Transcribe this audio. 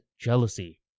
jealousy